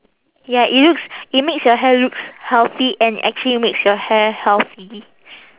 ya it looks it makes your hair looks healthy and actually makes your hair healthy